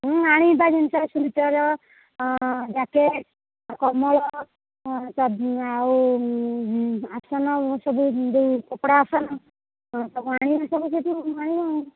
ହଁ ଆଣିବା ଜିନିଷ ସ୍ୱେଟର୍ ଜ୍ୟାକେଟ୍ କମଳ ଆଉ ଆସନ ମୁଁ ସବୁ ଯୋଉ କପଡ଼ା ଆସନ ଆଣିବା ସବୁ ସେଠିକୁ ଯାଇ ଆଉ